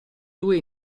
due